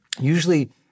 usually